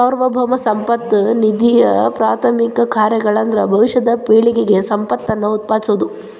ಸಾರ್ವಭೌಮ ಸಂಪತ್ತ ನಿಧಿಯಪ್ರಾಥಮಿಕ ಕಾರ್ಯಗಳಂದ್ರ ಭವಿಷ್ಯದ ಪೇಳಿಗೆಗೆ ಸಂಪತ್ತನ್ನ ಉತ್ಪಾದಿಸೋದ